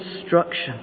instruction